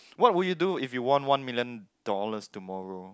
what would you do if you won one million dollars tomorrow